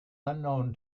unknown